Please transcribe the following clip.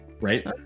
Right